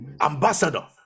Ambassador